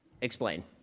Explain